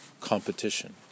competition